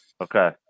Okay